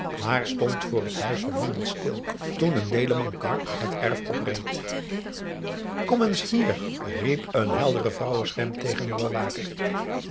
maar stond voor het huis verwonderd stil toen een deelemankar het erf opreed kom eens hier riep een heldere vrouwenstem tegen den bewaker